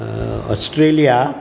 Australia